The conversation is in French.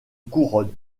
couronne